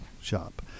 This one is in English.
Shop